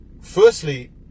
firstly